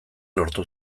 lortu